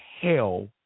hell